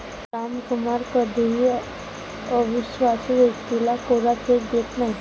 रामकुमार कधीही अविश्वासू व्यक्तीला कोरा चेक देत नाही